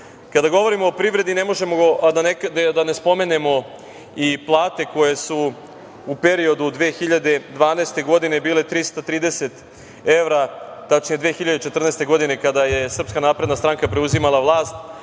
govorimo o privredi, ne možemo, a da ne spomenemo i plate koje su u periodu do 2012. godine bile 330 evra, tačnije 2014. godine kada je SNS preuzimala vlast,